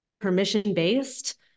permission-based